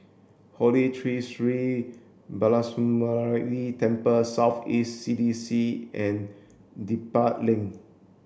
Holy Tree Sri Balasubramaniar Temple South East C D C and Dedap Link